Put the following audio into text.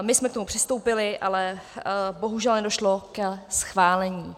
My jsme k tomu přistoupili, ale bohužel nedošlo ke schválení.